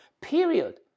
period